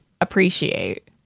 appreciate